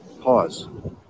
Pause